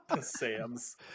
Sams